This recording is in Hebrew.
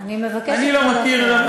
אני מבקשת לא להפריע.